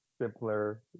simpler